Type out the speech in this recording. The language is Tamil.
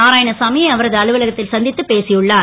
நாராயணசாமியை அவரது அலுவலகத் ல் சந் த்து பேசியுள்ளார்